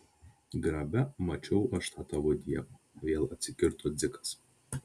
grabe mačiau aš tą tavo dievą vėl atsikirto dzikas